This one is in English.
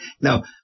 Now